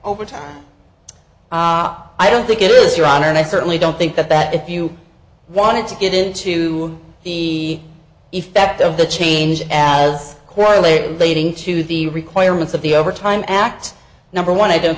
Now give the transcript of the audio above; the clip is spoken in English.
overtime i don't think it is your honor and i certainly don't think that if you wanted to get into the effect of the change as correlating to the requirements of the overtime act number one i don't